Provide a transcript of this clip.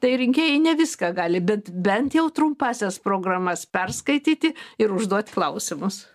tai rinkėjai ne viską gali bet bent jau trumpąsias programas perskaityti ir užduot klausimus